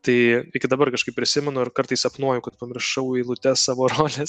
tai iki dabar kažkaip prisimenu ir kartais sapnuoju kad pamiršau eilutes savo rolės